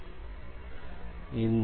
vlcsnap 2019 04 15 10h33m22s484